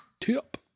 tip